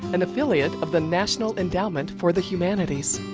and affiliate of the national endowment for the humanities.